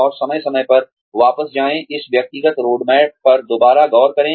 और समय समय पर वापस जाएं इस व्यक्तिगत रोडमैप पर दोबारा गौर करें